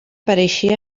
pareixia